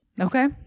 Okay